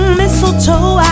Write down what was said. mistletoe